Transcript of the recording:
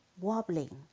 wobbling